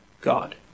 God